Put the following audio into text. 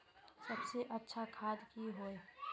सबसे अच्छा खाद की होय?